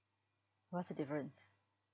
what's the difference